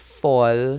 fall